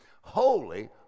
holy